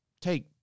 take